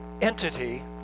entity